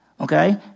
Okay